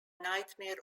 nightmare